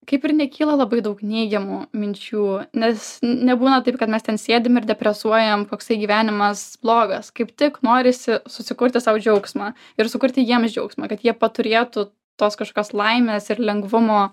kaip ir nekyla labai daug neigiamų minčių nes nebūna taip kad mes ten sėdim ir depresuojam koksai gyvenimas blogas kaip tik norisi susikurti sau džiaugsmą ir sukurti jiems džiaugsmą kad jie paturėtų tos kažkokios laimės ir lengvumo